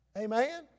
Amen